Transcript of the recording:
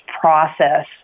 process